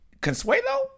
Consuelo